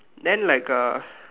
then like a